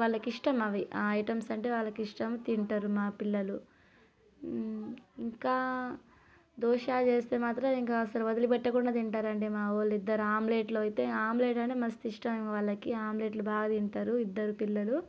వాళ్ళకి ఇష్టం అవి ఆ ఐటమ్స్ అంటే వాళ్ళకు ఇష్టం తింటారు మా పిల్లలు ఇంకా దోశ చేస్తే మాత్రం ఇంకా అసలు వదిలిపెట్టకుండా తింటారండి మా వాళ్ళు ఇద్దరు ఆమ్లెట్లు అయితే ఆమ్లెట్ అంటే మస్తు ఇష్టం వాళ్ళకి ఆమ్లెట్లు బాగా తింటారు ఇద్దరు పిల్లలు